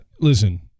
listen